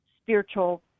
spiritual